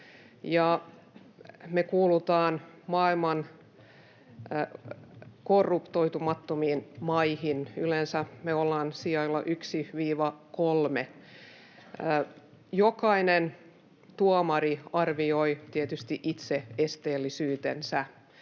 me kuulutaan maailman korruptoitumattomimpiin maihin. Yleensä me ollaan sijalla yksi—kolme. Jokainen tuomari arvioi tietysti itse esteellisyytensä.